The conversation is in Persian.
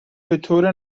بطور